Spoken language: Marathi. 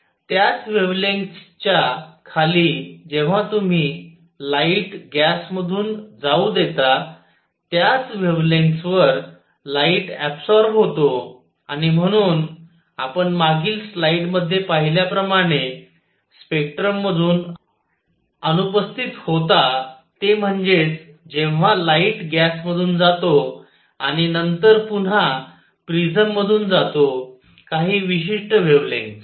त्याच वेव्हलेंग्थसच्या खाली जेव्हा तुम्ही लाईट गॅसमधून जाऊ देता त्याच वेव्हलेंग्थसवर लाईट ऍबसॉरब होतो आणि म्हणून आपण मागील स्लाइडमध्ये पाहिल्याप्रमाणे स्पेक्ट्रममधून अनुपस्थित होता ते म्हणजेच जेव्हा लाईट गॅसमधून जातो आणि नंतर पुन्हा प्रिझममधून जातो काही विशिष्ट वेव्हलेंग्थस